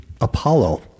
Apollo